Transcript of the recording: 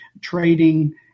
trading